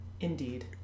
indeed